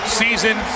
season